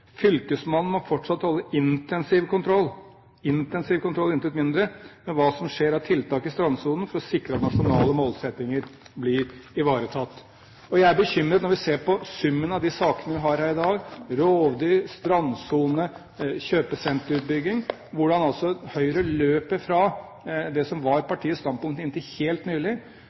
Fylkesmannen må fortsatt holde intensiv kontroll» – intensiv kontroll, intet mindre – «med hva som skjer av tiltak i strandsonen for å sikre at nasjonale målsettinger blir ivaretatt.» Jeg er bekymret når vi ser på summen av de sakene vi har her i dag – rovdyr, strandsone, kjøpesenterutbygging – hvordan Høyre altså løper fra det som var partiets standpunkt inntil helt nylig.